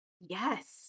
yes